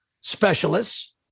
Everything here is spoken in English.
specialists